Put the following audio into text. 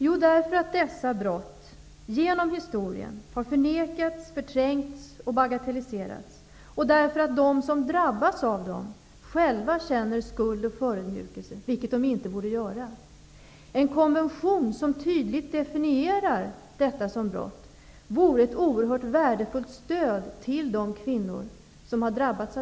Jo, därför att dessa brott genom historien har förnekats, förträngts och bagatelliserats och för att de som drabbats av brotten själva känner skuld och förödmjukelse, vilket de inte borde göra. En konvention som tydligt definierar detta som brott vore ett oerhört värdefullt stöd till de kvinnor som har drabbats.